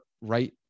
right